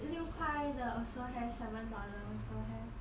六块的 also have seven dollars also have